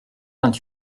vingt